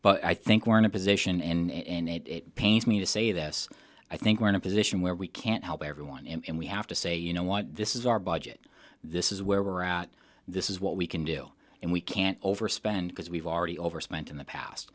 but i think we're in a position and it pains me to say this i think we're in a position where we can't help everyone and we have to say you know what this is our budget this is where we're out this is what we can do and we can't overspend because we've already overspent in the past